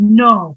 no